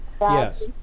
Yes